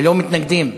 ללא מתנגדים,